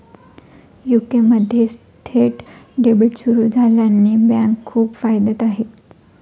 UK मध्ये थेट debit सुरू झाल्याने बँका खूप फायद्यात आहे